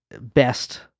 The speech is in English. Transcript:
best